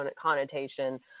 connotation